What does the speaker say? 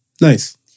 Nice